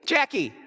Jackie